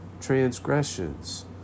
transgressions